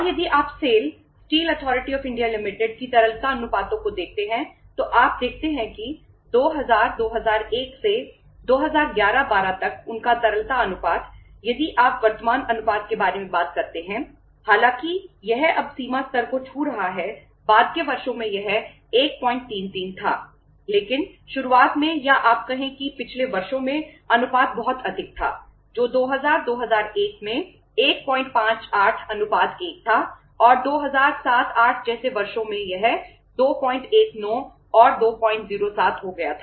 और यदि आप सेल की तरलता अनुपातों को देखते हैं तो आप देखते हैं कि 2000 2001 से 2011 12 तक उनका तरलता अनुपात यदि आप वर्तमान अनुपात के बारे में बात करते हैं हालांकि यह अब सीमा स्तर को छू रहा है बाद के वर्षों में यह 133 था लेकिन शुरुआत में या आप कहें कि पिछले वर्षों में अनुपात बहुत अधिक था जो 2000 2001 में 158 1 था और 2007 08 जैसे वर्षों में यह 219 और 207 हो गया था